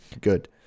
good